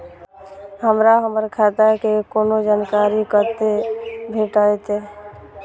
हमरा हमर खाता के कोनो जानकारी कते भेटतै